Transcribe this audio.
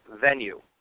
venue